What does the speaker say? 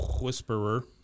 Whisperer